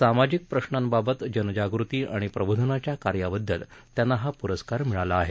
समाजिक प्रश्नांबाबत जनजागृती आणि प्रबोधनाच्या कार्याबद्दल त्यांना हा प्रस्कार मिळाला आहे